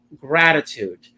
gratitude